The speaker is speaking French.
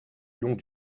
long